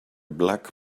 black